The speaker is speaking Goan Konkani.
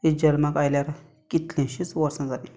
ती जल्माक आयल्यार कितलिशींच वर्सां जालीं